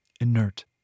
inert